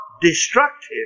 destructive